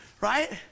right